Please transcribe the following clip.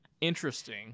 interesting